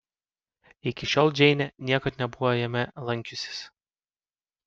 iki šiol džeinė niekad nebuvo jame lankiusis